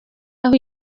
aho